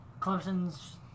Clemson's